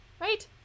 right